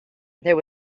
there